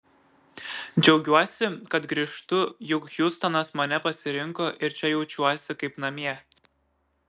džiaugiuosi kad grįžtu juk hjustonas mane pasirinko ir čia jaučiuosi kaip namie